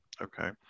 Okay